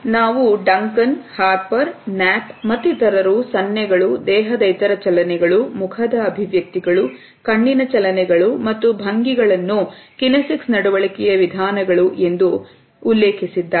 ನಾವು Duncan Harper Knapp ಮತ್ತಿತರರು ಸನ್ನೆಗಳು ದೇಹದ ಇತರ ಚಲನೆಗಳು ಮುಖದ ಅಭಿವ್ಯಕ್ತಿಗಳು ಕಣ್ಣಿನ ಚಲನೆಗಳು ಮತ್ತು ಭಂಗಿಗಳನ್ನು ಕಿನೆಸಿಕ್ಸ್ ನಡವಳಿಕೆಯ ವಿಧಾನಗಳು ಎಂದು ಉಲ್ಲೇಖಿಸಿದ್ದಾರೆ